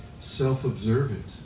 self-observant